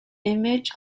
image